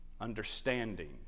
understanding